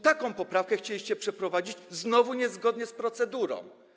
Taką poprawkę chcieliście wprowadzić, znowu niezgodnie z procedurą.